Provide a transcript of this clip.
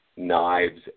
Knives